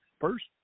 first